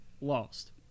lost